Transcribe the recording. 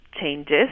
changes